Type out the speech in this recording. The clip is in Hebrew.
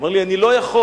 הוא אמר לי: אני לא יכול,